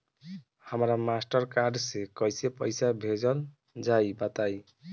हमरा Mastercard से कइसे पईसा भेजल जाई बताई?